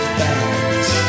bags